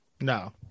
no